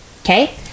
okay